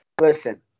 listen